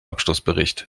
abschlussbericht